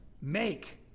Make